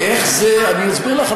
אני אסביר לך,